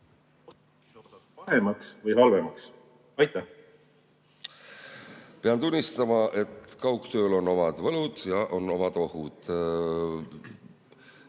Pean tunnistama, et kaugtööl on omad võlud ja on omad ohud.